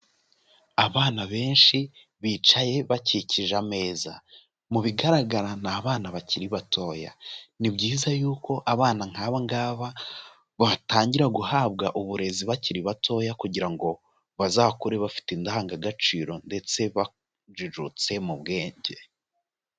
Abana benshi bicaye bakikije ameza. Mu bigaragara ni abana bakiri batoya. Ni byiza yuko abana nk'aba ngaba batangira guhabwa uburezi bakiri batoya kugira ngo bazakure bafite indangagaciro ndetse bajijutse mu bwenge.